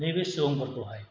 बैफोर सुबुंफोरखौहाय